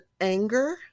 anger